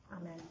Amen